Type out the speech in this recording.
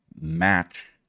match